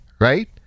right